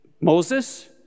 Moses